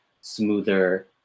smoother